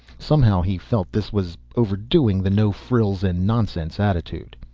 somehow, he felt, this was overdoing the no-frills-and-nonsense attitude.